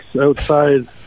Outside